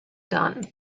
done